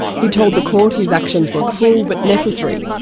he told the court his actions were cruel but necessary.